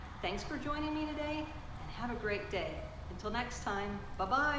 thanks for joining me today and have a great day until next time bye-bye